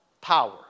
power